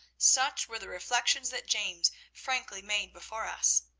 such were the reflections that james frankly made before us.